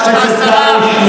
רק 5% גידול.